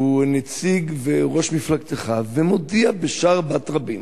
שהוא נציג וראש מפלגתך, ומודיע בשער בת רבים,